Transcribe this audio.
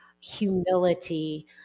humility